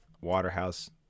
Waterhouse